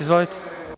Izvolite.